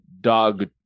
dog